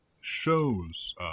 shows